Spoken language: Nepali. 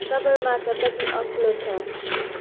सगरमाथा कति अग्लो छ